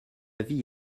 vie